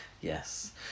Yes